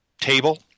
table